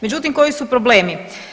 Međutim, koji su problemi?